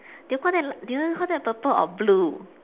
do you call that l~ do you call that purple or blue